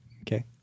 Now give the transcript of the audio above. Okay